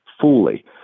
fully